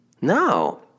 No